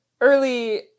early